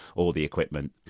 or the equipment.